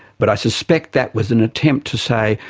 but i suspect that was an attempt to say,